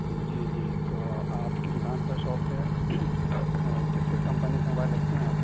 جی جی تو آپ کی دکان پر شاپ پہ کس کس کمپنی کا موبائل رکھتے ہیں آپ